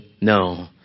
no